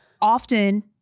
often